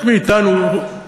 חלק מאתנו,